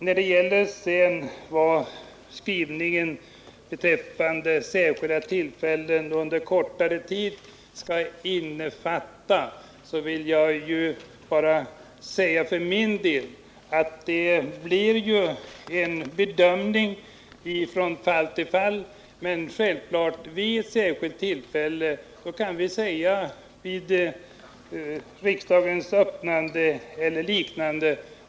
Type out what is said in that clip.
När det sedan gäller vad skrivningen ”vid vissa särskilda tillfällen anordna kortvarig barntillsyn” skall innefatta, vill jag för min del bara säga att det blir en bedömning från fall till fall, men självklart kan man med ”särskilda tillfällen” avse riksdagens öppnande eller liknande.